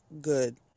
good